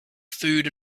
food